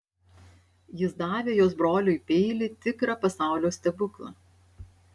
jis davė jos broliui peilį tikrą pasaulio stebuklą